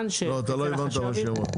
לא, אתה לא הבנת מה שהיא אמרה.